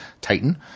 Titan